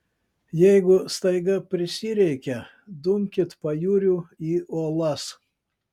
jeigu staiga prisireikia dumkit pajūriu į uolas